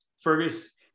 Fergus